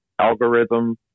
algorithm